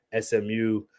SMU